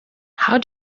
how